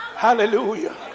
Hallelujah